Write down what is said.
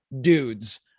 dudes